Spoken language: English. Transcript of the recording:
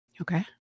Okay